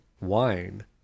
wine